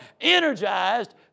energized